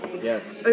Yes